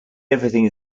everything